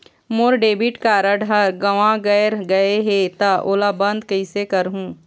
मोर debit card हर गंवा गैर गए हे त ओला बंद कइसे करहूं?